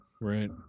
Right